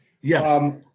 Yes